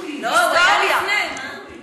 חבר הכנסת מסעוד גנאים, בבקשה.